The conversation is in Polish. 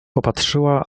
popatrzyła